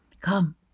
come